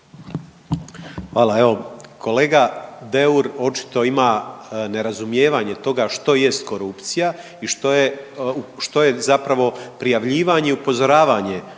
Hvala. Evo kolega Deur očito ima nerazumijevanje toga što jest korupcija i što je, što je zapravo prijavljivanje i upozoravanje